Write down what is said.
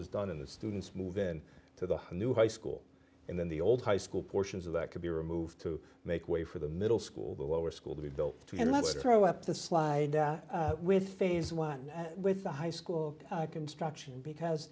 is done in the students move in to the new high school and then the old high school portions of that could be removed to make way for the middle school the lower school to be built to and let's throw up the slide out with phase one with the high school construction because